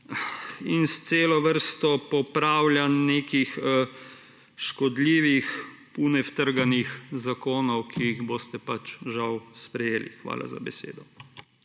in s celo vrsto popravljanj nekih škodljivih / nerazumljivo/ zakonov, ki jih boste žal sprejeli. Hvala za besedo.